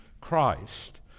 Christ